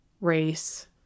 race